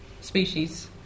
species